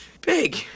big